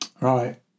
Right